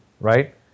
Right